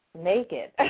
naked